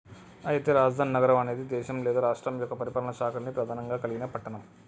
అయితే రాజధాని నగరం అనేది దేశం లేదా రాష్ట్రం యొక్క పరిపాలనా శాఖల్ని ప్రధానంగా కలిగిన పట్టణం